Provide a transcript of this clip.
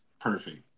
perfect